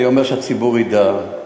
אני אומר: הציבור ידע,